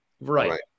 Right